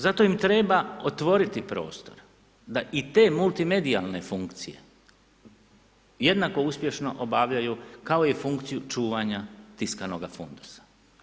Zato im treba otvoriti prostor da i te multimedijalne funkcije jednako uspješno obavljaju kao i funkciju čuvanja tiskanoga fundusa.